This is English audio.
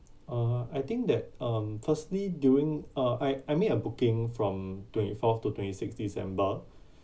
uh I think that um firstly during uh I I made a booking from twenty fourth to twenty sixth december